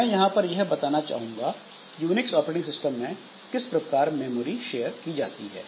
मैं यहां पर यह बताना चाहूंगा कि यूनिक्स ऑपरेटिंग सिस्टम में किस प्रकार मेमोरी शेयर की जाती है